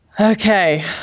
Okay